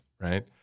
right